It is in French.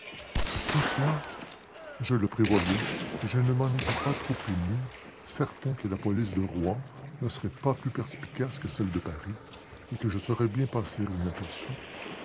tout cela je le prévoyais et je ne m'en étais pas trop ému certain que la police de rouen ne serait pas plus perspicace que celle de paris et que je saurais bien passer inaperçu